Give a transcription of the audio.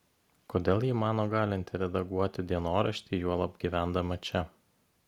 kodėl ji mano galinti redaguoti dienoraštį juolab gyvendama čia